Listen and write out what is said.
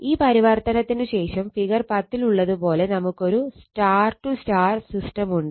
ഈ പരിവർത്തനത്തിനു ശേഷം ഫിഗർ 10 ൽ ഉള്ളത് പോലെ നമുക്കൊരു Y Y സിസ്റ്റം ഉണ്ട്